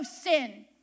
sin